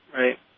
Right